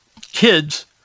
kids